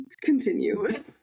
Continue